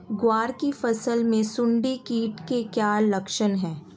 ग्वार की फसल में सुंडी कीट के क्या लक्षण है?